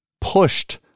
pushed